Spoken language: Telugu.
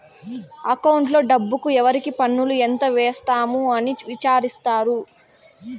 అకౌంట్లో డబ్బుకు ఎవరికి పన్నులు ఎంత వేసాము అని విచారిత్తారు